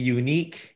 unique